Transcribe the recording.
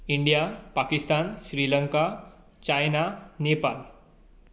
India Pakistan Sri Lanka China Nepal